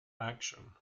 action